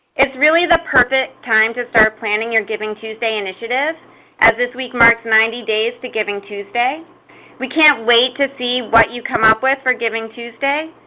it's really the perfect time to start planning your givingtuesday initiative as this week marks ninety days to givingtuesday. we can't wait to see what you come up with for givingtuesday.